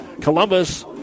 Columbus